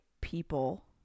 people